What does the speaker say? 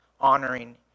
honoring